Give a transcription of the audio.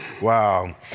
Wow